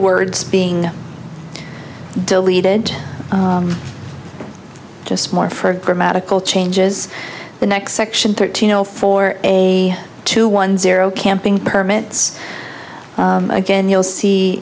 words being deleted just more for grammatical changes the next section thirteen zero four a two one zero camping permits again you'll see